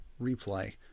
replay